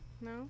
No